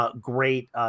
great